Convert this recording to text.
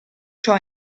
ciò